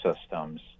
systems